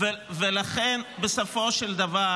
לכן בסופו של דבר